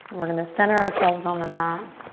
we're gonna center ourselves on the mat.